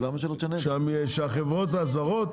החברות הזרות